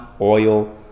oil